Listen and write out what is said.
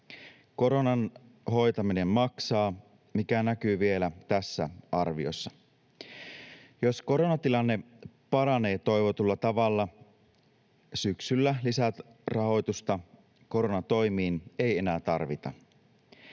Koronan hoitaminen maksaa, mikä näkyy vielä tässä arviossa. Jos koronatilanne paranee toivotulla tavalla, syksyllä lisärahoitusta koronatoimiin ei enää tarvita.